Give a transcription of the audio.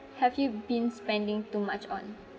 have you been spending too much on